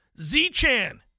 Z-Chan